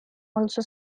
also